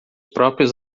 próprios